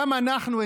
גם אנחנו,